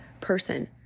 person